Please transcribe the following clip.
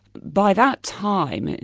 by that time,